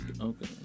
Okay